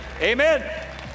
Amen